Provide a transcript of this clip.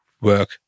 work